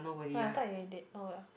no I thought you did oh well